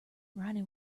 ronnie